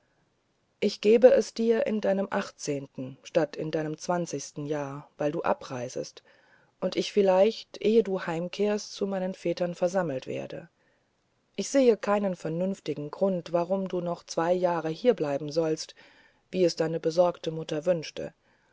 ich gebe es dir in deinem achtzehnten statt in deinem zwanzigsten jahr weil du abreisest und ich vielleicht ehe du heimkehrst zu meinen vätern versammelt werde ich sehe keinen vernünftigen grund warum du noch zwei jahre hierbleiben sollst wie es deine besorgte mutter wünschte